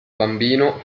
bambino